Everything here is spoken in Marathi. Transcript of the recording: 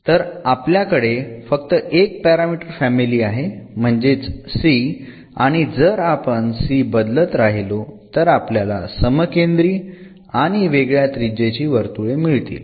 तर आपल्याकडे फक्त एक पॅरामीटर फॅमिली आहे म्हणजेच c आणि जर आपण c बदलत राहिलो तर आपल्याला समकेंद्री आणि वेगळ्या त्रिज्येची वर्तुळे मिळतील